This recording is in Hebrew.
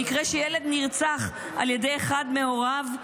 במקרה שילד נרצח על ידי אחד מהוריו,